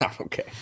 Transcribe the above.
okay